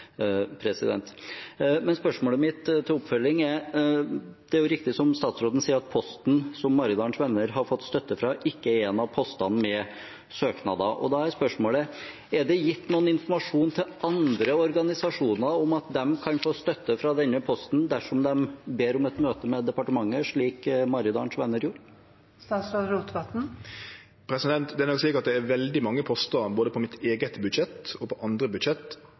til oppfølging: Det er riktig, som statsråden sier, at posten som Maridalens Venner har fått støtte fra, ikke er en av postene med søknader. Da er spørsmålet: Er det gitt noen informasjon til andre organisasjoner om at de kan få støtte fra denne posten dersom de ber om et møte med departementet, slik Maridalens Venner gjorde? Det er nok slik at veldig mange postar både på mitt eige budsjett og på andre budsjett